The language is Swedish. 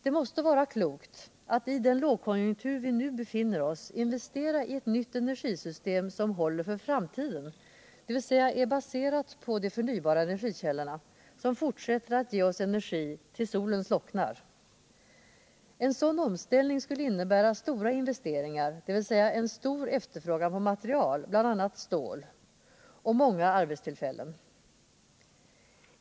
Det måste vara klokt att i den lågkonjunktur som vi nu befinner oss i investera i ett nytt energisystem som håller för framtiden, dvs. i ett energisystem som är baserat på de förnybara energikällorna som fortsätter att ge oss energi tills solen slocknar. En sådan omställning skulle innebära stora investeringar, dvs. en stor efterfrågan på material, bl.a. på stål, samt många arbetstillfällen.